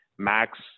Max